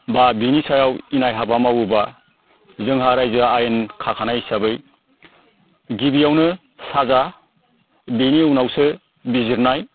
एबा बिनि सायाव इनाय हाबा मावोब्ला जोंहा रायजोआ आयेन खाखानाय हिसाबै गिबियावनो साजा बिनि उनावसो बिजिरनाय